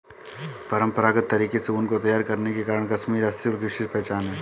परम्परागत तरीके से ऊन को तैयार करने के कारण कश्मीरी हस्तशिल्प की विशेष पहचान है